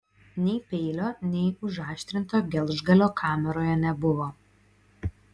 nei peilio nei užaštrinto gelžgalio kameroje nebuvo